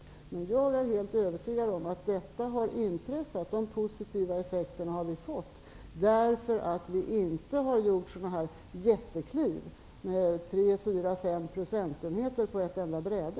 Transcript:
Men jag är helt övertygad om att detta har inträffat. De positiva effekterna har vi fått därför att vi inte har gjort jättekliv med tre fyra fem procentenheter på ett enda bräde.